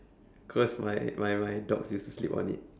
cause my my my dogs used to sleep on it